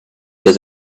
does